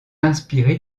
inspiré